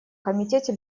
комитете